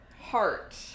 Heart